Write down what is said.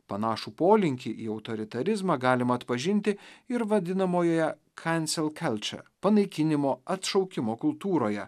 panašų polinkį į autoritarizmą galima atpažinti ir vadinamojoje kansel kalče panaikinimo atšaukimo kultūroje